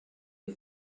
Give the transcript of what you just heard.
des